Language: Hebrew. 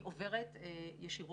היא עוברת ישירות